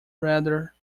rather